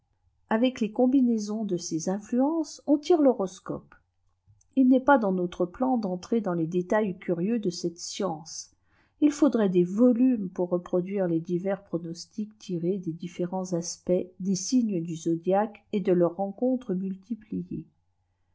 avec les commnaisons de ces influences on tire l'horoscope il n'est pas dans notre plan d'entrer dans les détails curieux de cette science il faudrait des volumes pour reproduire les divers pronostics tirés des différents aspects des signes du zodiaque et de leurs rencontres multipliées